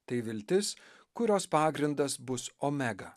tai viltis kurios pagrindas bus omega